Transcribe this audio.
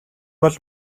бол